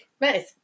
Nice